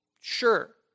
Sure